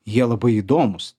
jie labai įdomūs